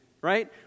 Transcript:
right